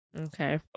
Okay